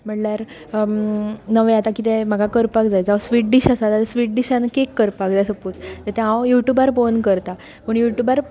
म्हणल्यार नवें आतां म्हाका कितें करपाक जांय जावं स्विट डिश आसा स्विट डिशान कॅक करपाक जाय सपोज जाल्यार ते हांव यु ट्यूबार पळोवन करतां पूण यू ट्युबार